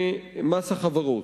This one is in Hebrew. במס החברות.